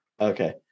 Okay